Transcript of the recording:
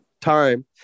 time